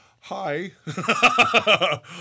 Hi